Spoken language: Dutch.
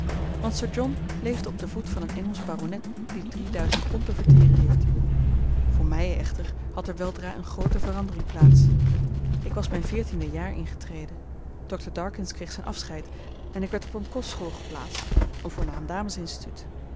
want sir john leefde op den voet van een engelsch baronet die drieduizend pond te verteren heeft voor mij echter had er weldra eene groote verandering plaats ik was mijn veertiende jaar ingetreden dr darkins kreeg zijn afscheid en ik werd op eene kostschool geplaatst